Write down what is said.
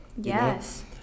Yes